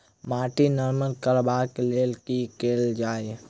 माटि नरम करबाक लेल की केल जाय?